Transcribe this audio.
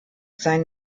sein